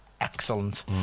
excellent